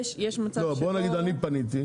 בוא נגיד אני פניתי,